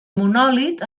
monòlit